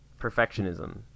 Perfectionism